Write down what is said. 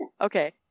okay